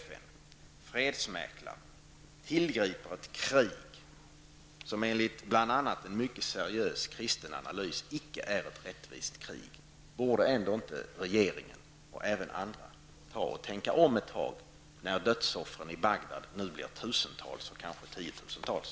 FN, fredsmäklaren, tillgriper ett krig som enligt bl.a. en mycket seriös kristen ananlys icke är ett rättvist krig. Borde ändå inte regeringen och även andra tänka om när dödsoffren i Bagdad nu blir tusentals och kanske tiotusentals?